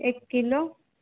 एक किलो